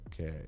Okay